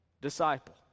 disciple